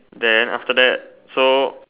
then after that so